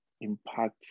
impact